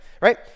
Right